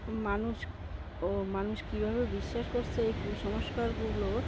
মানুষ ও মানুষ কীভাবে বিশ্বাস করছে এই কুসংস্কারগুলো